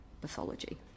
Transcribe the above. pathology